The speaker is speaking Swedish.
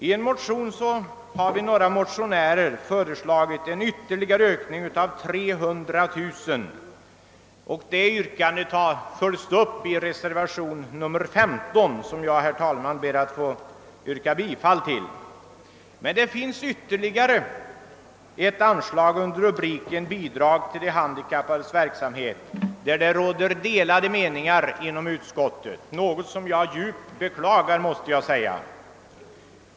I en motion har vi föreslagit en ytterligare ökning med 300 000 kronor, och det yrkandet har följts upp i reservation nr 15, som jag, herr talman, ber att få yrka bifall till. Beträffande ytterligare ett anslag under rubriken Bidrag till de handikappades kulturella verksamhet råder det delade meningar inom utskottet, något som jag djupt beklagar.